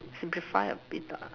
simplify a bit lah